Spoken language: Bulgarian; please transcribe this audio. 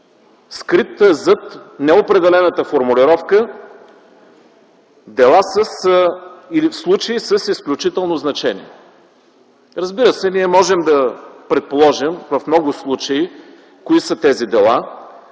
скрит зад неопределената формулировка дела или случаи с изключително значение. Разбира се, ние можем да предположим в много случаи кои са тези дела,